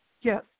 yes